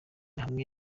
hamwe